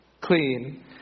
clean